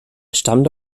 stammte